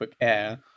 Air